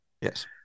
yes